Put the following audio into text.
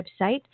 website